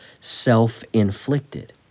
self-inflicted